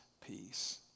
peace